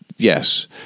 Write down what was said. Yes